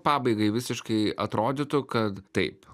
pabaigai visiškai atrodytų kad taip